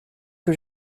que